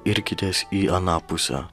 irkitės į aną pusę